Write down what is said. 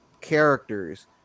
characters